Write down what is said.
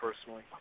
personally